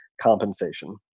compensation